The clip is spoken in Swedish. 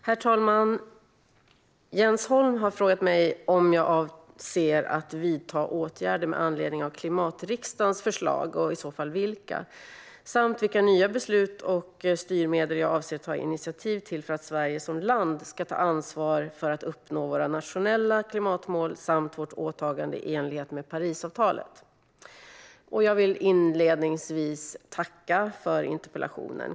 Svar på interpellationer Herr talman! Jens Holm har frågat mig om jag avser att vidta åtgärder med anledning av klimatriksdagens förslag och i så fall vilka. Han har också frågat mig vilka nya beslut och styrmedel som jag avser att ta initiativ till för att Sverige som land ska ta ansvar för att uppnå våra nationella klimatmål samt vårt åtagande i enlighet med Parisavtalet. Jag vill inledningsvis tacka för interpellationen.